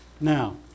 Now